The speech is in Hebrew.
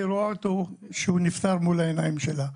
והיא רואה אותו כשהוא נפטר מול העיניים שלה.